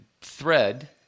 thread